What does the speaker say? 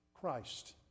Christ